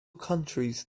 countries